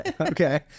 okay